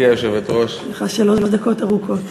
יש לך שלוש דקות ארוכות.